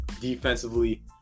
defensively